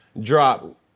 drop